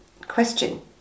question